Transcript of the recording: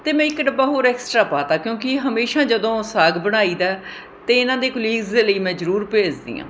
ਅਤੇ ਮੈਂ ਇੱਕ ਡੱਬਾ ਹੋਰ ਐਕਸਟ੍ਰਾ ਪਾ ਤਾ ਕਿਉਂਕਿ ਹਮੇਸ਼ਾ ਜਦੋਂ ਸਾਗ ਬਣਾਈਦਾ ਅਤੇ ਇਹਨਾਂ ਦੇ ਕੁਲੀਗਜ਼ ਦੇ ਲਈ ਮੈਂ ਜ਼ਰੂਰ ਭੇਜਦੀ ਹਾਂ